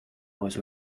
was